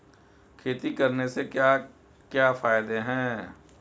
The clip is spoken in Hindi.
खेती करने से क्या क्या फायदे हैं?